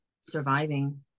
surviving